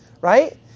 right